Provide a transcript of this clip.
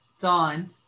dawn